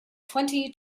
twenty